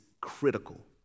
critical